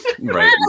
Right